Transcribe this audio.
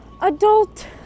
adult